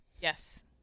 Yes